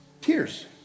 Tears